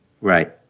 right